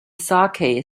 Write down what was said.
saké